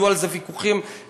יהיו על זה ויכוחים ערים.